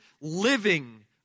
living